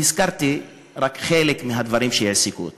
והזכרתי רק חלק מהדברים שהעסיקו אותנו.